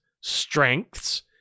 strengths